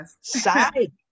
side